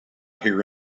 here